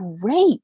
great